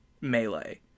Melee